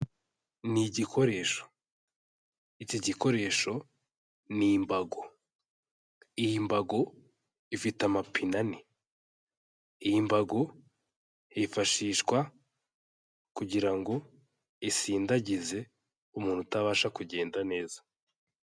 Ni igikoresho, iki gikoresho ni imbago, iyi mbago ifite amapine ane, iyi imbago yifashishwa kugira ngo isindagize umuntu utabasha kugenda neza.